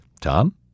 Tom